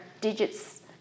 digits